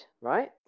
right